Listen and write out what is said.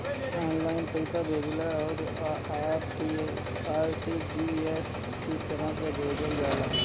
online पईसा भेजला पअ आर.टी.जी.एस तरह से भेजल जाला